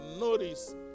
notice